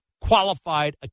qualified